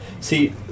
See